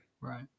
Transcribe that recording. right